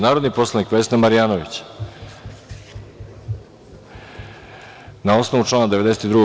Narodni poslanik Vesna Marijanović, na osnovu člana 92.